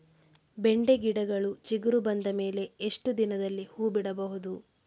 ಬೆಂಡೆ ಗಿಡಗಳು ಚಿಗುರು ಬಂದ ಮೇಲೆ ಎಷ್ಟು ದಿನದಲ್ಲಿ ಹೂ ಬಿಡಬಹುದು?